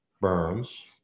Burns